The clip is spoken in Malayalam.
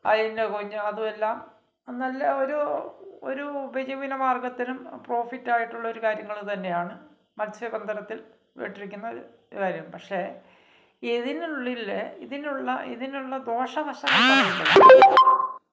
അതിൻ്റെ കുഞ്ഞു അതുവെല്ലാം നല്ല ഒരു ഒരു ഉപജീവനമാർഗത്തിനും പ്രോഫിറ്റ് ആയിട്ടുള്ളൊരു കാര്യങ്ങൾ തന്നെയാണ് മത്സ്യബദ്ധനത്തിൽ പെട്ടിരിക്കുന്ന ഒരു കാര്യം പക്ഷേ ഇതിനുള്ളിലെ ഇതിനുള്ള ഇതിനുള്ള ദോഷവശങ്ങൾ